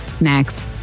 next